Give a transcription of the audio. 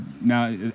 now